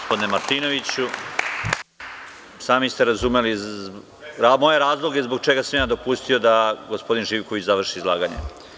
Sami ste razumeli moje razloge zbog čega sam ja dopustio da gospodin Živković završi izlaganje.